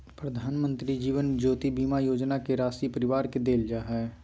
प्रधानमंत्री जीवन ज्योति बीमा योजना के राशी परिवार के देल जा हइ